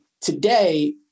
Today